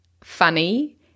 funny